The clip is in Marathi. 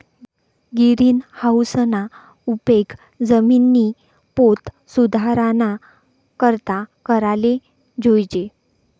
गिरीनहाऊसना उपेग जिमिननी पोत सुधाराना करता कराले जोयजे